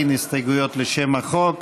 אין הסתייגויות לשם החוק.